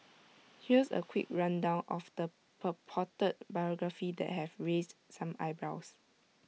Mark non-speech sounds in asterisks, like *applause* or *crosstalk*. *noise* here's A quick rundown of the purported biography that have raised some eyebrows